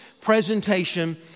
presentation